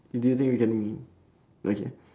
do you think we can okay